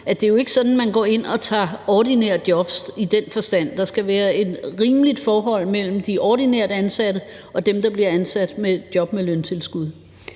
at det ikke er sådan, at man i den forstand går ind og tager et ordinært job. Der skal være et rimeligt forhold mellem de ordinært ansatte og dem, der bliver ansat i et job med løntilskud.